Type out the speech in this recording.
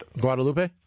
Guadalupe